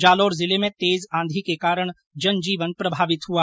जालोर जिले में तेज आंधी के कारण जनजीवन प्रभावित हुआ